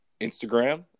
Instagram